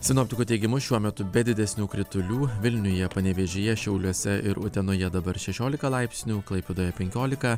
sinoptikų teigimu šiuo metu be didesnių kritulių vilniuje panevėžyje šiauliuose ir utenoje dabar šešiolika laipsnių klaipėdoje penkiolika